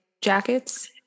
jackets